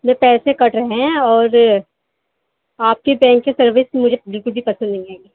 جو پیسے کٹ رہے ہیں اور آپ کے بینک کی سروس مجھے بالکل بھی پسند نہیں آئی ہیں